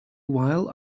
while